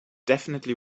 definitely